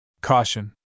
Caution